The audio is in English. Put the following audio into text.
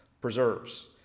preserves